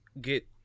get